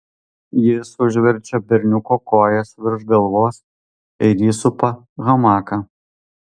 jis užverčia berniuko kojas virš galvos ir įsupa hamaką